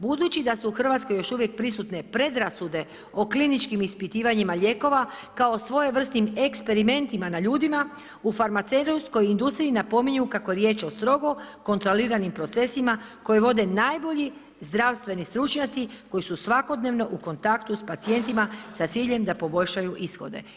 Budući da su u RH još uvijek prisutne predrasude o kliničkim ispitivanjima lijekova kao svojevrsnim eksperimentima na ljudi, u farmaceutskoj industriji napominju kako je riječ o strogo kontroliranim procesima koji vode najbolji zdravstveni stručnjaci koji su svakodnevno u kontaktu s pacijentima sa ciljem da poboljšaju ishode.